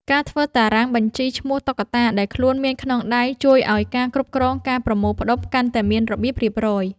ការធ្វើតារាងបញ្ជីឈ្មោះតុក្កតាដែលខ្លួនមានក្នុងដៃ ជួយឱ្យការគ្រប់គ្រងការប្រមូលផ្ដុំកាន់តែមានរបៀបរៀបរយ។